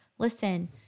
Listen